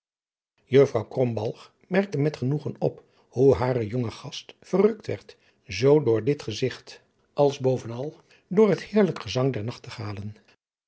krombalg merkte met genoegen op hoe hare jonge gast verrukt werd zoo door dit gezigt als bovenal door het heerlijk gezang